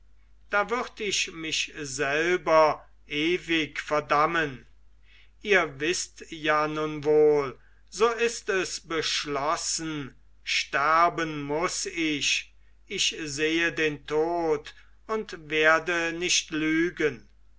da würd ich mich selber ewig verdammen ihr wißt ja nun wohl so ist es beschlossen sterben muß ich ich sehe den tod und werde nicht lügen